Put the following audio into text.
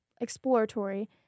exploratory